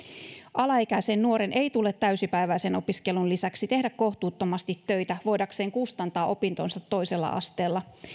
alaikäisen nuoren ei tule täysipäiväisen opiskelun lisäksi tehdä kohtuuttomasti töitä voidakseen kustantaa opintonsa toisella asteella